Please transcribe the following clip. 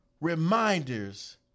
reminders